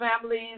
families